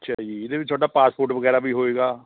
ਅੱਛਾ ਜੀ ਇਹਦੇ ਵਿੱਚ ਤੁਹਾਡਾ ਪਾਸਪੋਰਟ ਵਗੈਰਾ ਵੀ ਹੋਵੇਗਾ